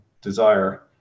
desire